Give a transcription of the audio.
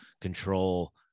control